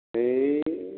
ऐ